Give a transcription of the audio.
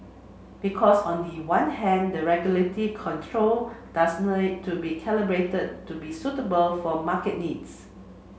because on the one hand the regulatory control does to be calibrated to be suitable for market needs